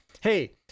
Hey